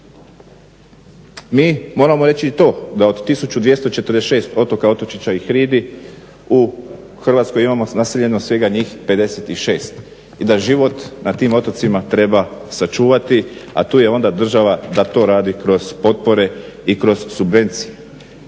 Mi moramo reći i to da od 1246 otoka, otočića i hridi u Hrvatskoj imamo naseljeno svega njih 56 i da život na tim otocima treba sačuvati, a tu je onda država da to radi kroz potpore i kroz subvencije.